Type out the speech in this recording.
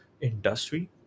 industry